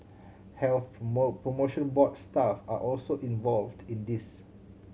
Health Promotion Board staff are also involved in this